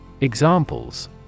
Examples